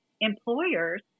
employers